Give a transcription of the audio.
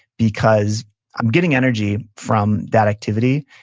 because i'm getting energy from that activity,